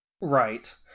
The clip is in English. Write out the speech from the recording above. Right